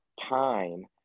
time